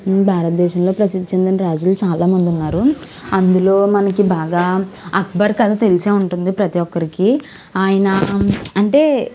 భారత దేశంలో ప్రసిద్ధి చెందిన రాజులు చాలామంది ఉన్నారు అందులో మనకి బాగా అక్బర్ కథ తెలిసే ఉంటుంది ప్రతీ ఒక్కరికి ఆయన అంటే